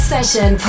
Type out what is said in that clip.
Session